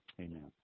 Amen